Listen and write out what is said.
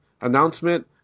announcement